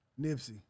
Nipsey